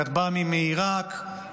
כטב"מים מעיראק,